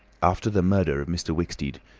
after the murder of mr. wicksteed,